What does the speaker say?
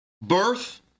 Birth